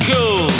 Cool